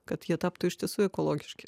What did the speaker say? kad jie taptų iš tiesų ekologiški